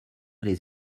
les